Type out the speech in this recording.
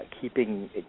keeping